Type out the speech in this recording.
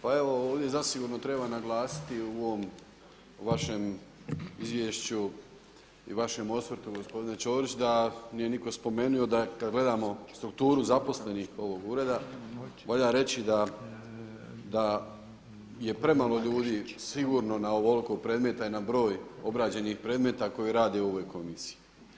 Pa evo, ovdje zasigurno treba naglasiti u ovom vašem izvješću i vašem osvrtu gospodine Ćorić da nije nitko spomenuo kada gledamo strukturu zaposlenih ovog ureda, valja reći da je premalo ljudi sigurno na ovoliko predmeta i na broj obrađenih predmeta koji rade u ovoj komisiji.